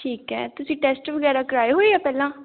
ਠੀਕ ਹੈ ਤੁਸੀਂ ਟੈਸਟ ਵਗੈਰਾ ਕਰਵਾਏ ਹੋਏ ਆ ਪਹਿਲਾਂ